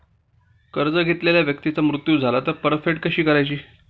कर्ज घेतलेल्या व्यक्तीचा मृत्यू झाला तर परतफेड कशी करायची?